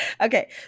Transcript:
Okay